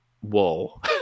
Whoa